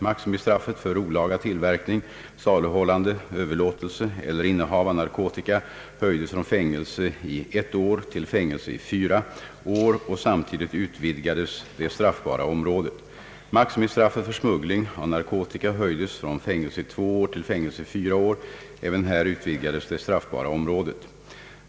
Maximistraffet för olaga tillverkning, saluhållande, överlåtelse eller innehav av narkotika höjdes från fängelse i ett år till fängelse i fyra år och samtidigt utvidgades det straffbara området. Maximistraffet för smuggling av narkotika höjdes från fängelse i två år till fängelse i fyra år. även här utvidgades det straffbara området.